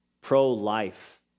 pro-life